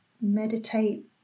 meditate